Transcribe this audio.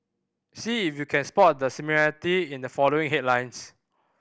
see if you can spot the similarity in the following headlines